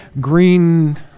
green